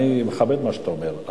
אני מכבד את מה שאתה אומר.